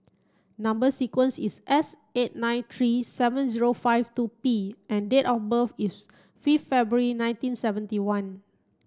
number sequence is S eight nine three seven zero five two P and date of birth is fifth February nineteen seventy one